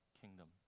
kingdom